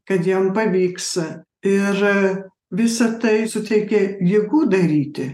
kad jam pavyks ir visa tai suteikia jėgų daryti